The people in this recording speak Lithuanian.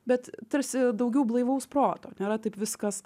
bet tarsi daugiau blaivaus proto nėra taip viskas